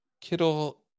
Kittle